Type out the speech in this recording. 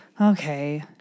okay